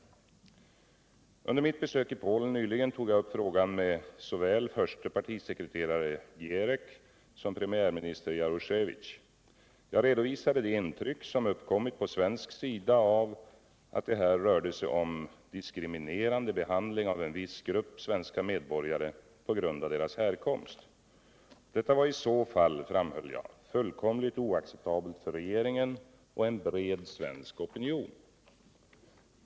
Under mitt besök i Polen nyligen tog jag upp frågan med såväl förste partisekreteraren Gierek som premiärminister Jaroszewicz. Jag redovisade det intryck som uppkommit på svensk sida av att det här rörde sig om diskriminerande behandling av en viss grupp svenska medborgare på grund av deras härkomst. Detta var i så fall, framhöll jag, fullkomligt oacceptabelt för regeringen och en bred svensk opinion.